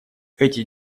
эти